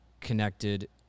connected